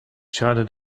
schade